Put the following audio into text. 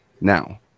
Now